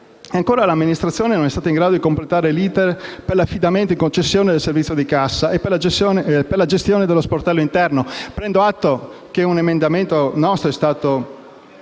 ancora l'Amministrazione non è stata in grado di completare l'*iter* per l'affidamento in concessione del servizio di cassa e per la gestione dello sportello interno. Prendo atto che un ordine del giorno presentato